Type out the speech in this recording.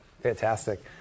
Fantastic